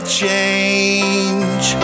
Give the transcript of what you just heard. change